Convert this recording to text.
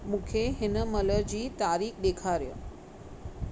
मूंखे हिन महिल जी तारीख़ ॾेखारियो